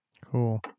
cool